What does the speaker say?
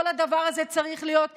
כל הדבר הזה צריך להיות הידברות,